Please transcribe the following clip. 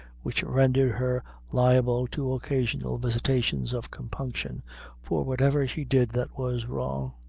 which rendered her liable to occasional visitations of compunction for whatever she did that was wrong.